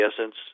essence